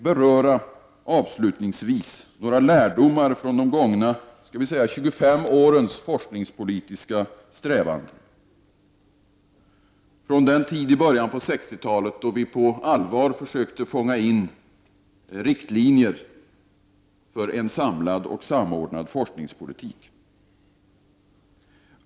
Låt mig avslutningsvis beröra några lärdomar från de gångna skall vi säga 25 årens forskningspolitiska strävanden, från den tid i början på 1960-talet då vi på allvar försökte fånga in riktlinjer för en samlad och sammanhållen forskningspolitik.